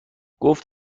گفت